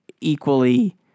equally